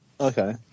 Okay